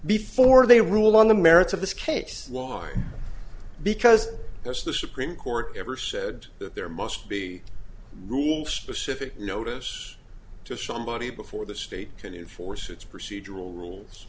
before they rule on the merits of this case because there's the supreme court ever said that there must be rule specific notice to somebody before the state can force its procedural rules